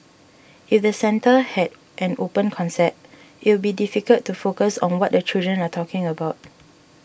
if the centre had an open concept you will be difficult to focus on what the children are talking about